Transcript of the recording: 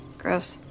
gross.